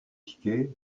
tickets